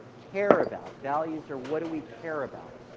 care about, values are what do we care about